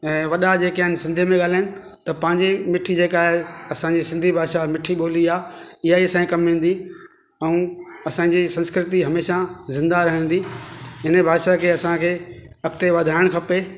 ऐं वॾा जेके आहिनि सिंधीअ में ॻाल्हाइनि त पंहिंजी मिठी जेका आए असांजी सिंधी भाषा मिठी ॿोली आ ईअं ई असांखे कमु ईंदी अऊं असांजी संस्कृति हमेशा ज़िंदा रहंदी आहिनि भाषा खे असांखे अॻिते वधाइणु खपे